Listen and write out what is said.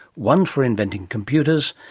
one for inventing computers,